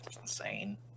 Insane